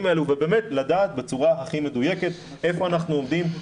האלה ובאמת לדעת בצורה הכי מדויקת איפה אנחנו עומדים,